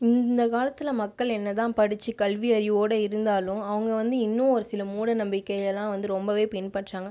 இந்த காலத்தில் மக்கள் என்ன தான் படித்து கல்வி அறிவோடய இருந்தாலும் அவங்க வந்து இன்னும் ஒரு சில மூடநம்பிக்கையலாம் வந்து ரொம்பவே பின்பற்றுறாங்க